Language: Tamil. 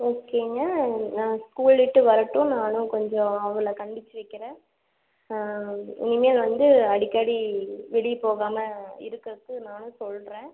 ஓகேங்க நான் ஸ்கூல் விட்டு வரட்டும் நானும் கொஞ்சம் அவளை கண்டிச்சு வைக்கிறேன் இனிமேல் வந்து அடிக்கடி வெளியே போகாமல் இருக்கறதுக்கு நானும் சொல்கிறேன்